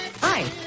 Hi